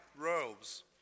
robes